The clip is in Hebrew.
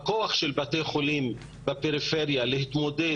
אין לבתי חולים בפריפריה את הכוח להתמודד